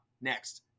Next